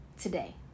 Today